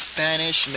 Spanish